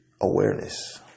awareness